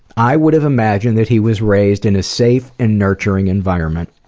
i would have imagined that he was raised in a safe and nurturing environment.